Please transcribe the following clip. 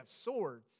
swords